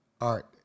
art